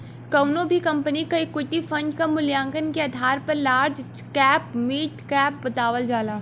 कउनो भी कंपनी क इक्विटी फण्ड क मूल्यांकन के आधार पर लार्ज कैप मिड कैप बतावल जाला